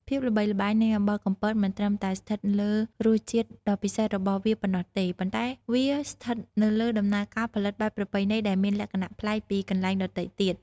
ភាពល្បីល្បាញនៃអំបិលកំពតមិនត្រឹមតែស្ថិតនៅលើរសជាតិដ៏ពិសេសរបស់វាប៉ុណ្ណោះទេ ប៉ុន្តែក៏ស្ថិតនៅលើដំណើរការផលិតបែបប្រពៃណីដែលមានលក្ខណៈប្លែកពីកន្លែងដទៃទៀត។